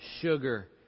sugar